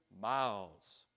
miles